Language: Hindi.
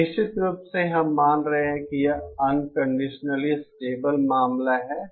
यह निश्चित रूप से हम मान रहे हैं कि यह अनकंडीशनली स्टेबल मामला है